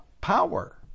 power